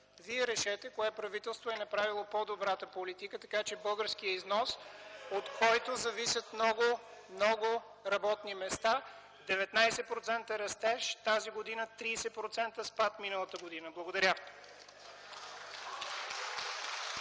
Вие решете кое правителство е направило по-добра политика, така че българският износ, от който зависят много работни места... (реплики от КБ) ... 19% растеж тази година, а 30% спад миналата година. Благодаря.